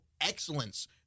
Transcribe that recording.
excellence